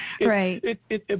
Right